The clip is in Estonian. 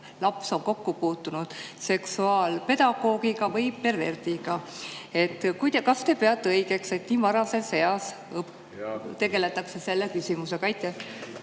laps on kokku puutunud seksuaalpedagoogiga või perverdiga. Kas te peate õigeks, et nii varases eas tegeldakse selle küsimusega? Aitäh